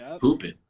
hooping